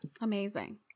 Amazing